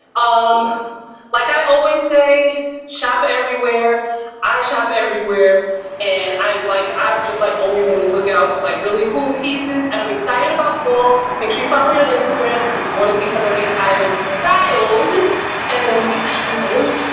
um like i always say shop everywhere i shop everywhere and i like i'm just like always on the lookout for like really cool pieces and i'm excited about full make sure you follow me on instagram because if you want to see some of these items styled and and in pictures,